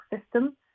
system